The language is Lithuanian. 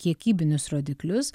kiekybinius rodiklius